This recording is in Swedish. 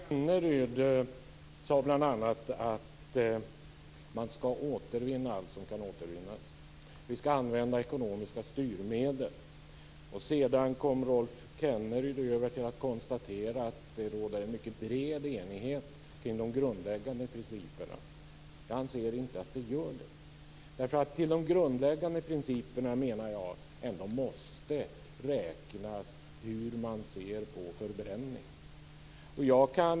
Fru talman! Rolf Kenneryd sade bl.a. att man skall återvinna allt som kan återvinnas. Vi skall använda ekonomiska styrmedel. Sedan gick Rolf Kenneryd över till att konstatera att det råder en mycket bred enighet kring de grundläggande principerna. Jag anser inte att det gör det. Jag menar att till de grundläggande principerna måste räknas hur man ser på förbränning.